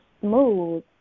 smooth